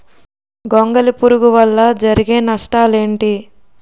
గొంగళి పురుగు వల్ల జరిగే నష్టాలేంటి?